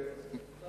אדוני היושב-ראש.